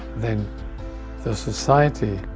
then the society,